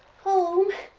home?